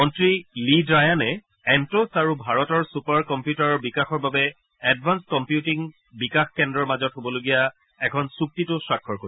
মন্নী লি ড়ায়ানে এট'চ আৰু ভাৰতৰ ছুপাৰ কম্পিউটাৰৰ বিকাশৰ বাবে এডভান্স কম্পিউটিং বিকাশ কেন্দ্ৰৰ মাজত হ'বলগীয়া এখন চুক্তিটো স্বাক্ষৰ কৰিব